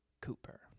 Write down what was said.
Cooper